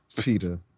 Peter